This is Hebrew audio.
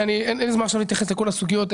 אין לי זמן עכשיו להתייחס לכל הסוגיות.